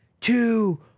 two